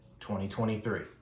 2023